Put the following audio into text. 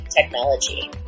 technology